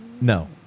No